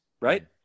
Right